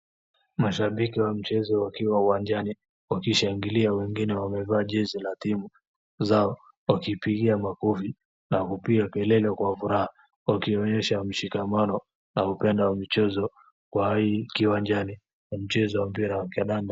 Mashambiki wa mchezo wakiwa uwanjani wakishangilia. Wengine wamevaa jezi la timu zao wakipigia makofi na kupiga kelele kwa furaha wakionyesha mshikamano upande wa michezo kwa hii kiwanjani. Ni mchezo wa mpira kandada.